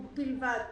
ובלבד